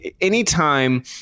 Anytime